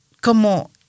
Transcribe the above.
como